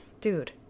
dude